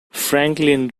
franklin